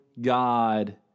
God